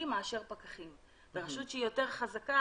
מאשר פקחים; ברשות שהיא יותר חזקה,